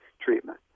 treatment